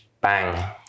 bang